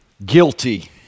Guilty